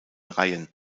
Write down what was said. reihen